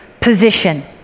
position